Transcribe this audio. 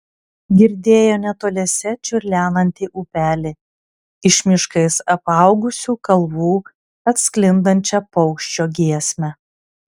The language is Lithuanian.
girdėjo netoliese čiurlenantį upelį iš miškais apaugusių kalvų atsklindančią paukščio giesmę